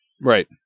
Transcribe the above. Right